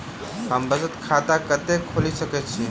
हम बचत खाता कतऽ खोलि सकै छी?